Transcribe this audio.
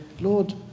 Lord